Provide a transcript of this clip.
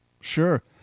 Sure